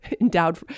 endowed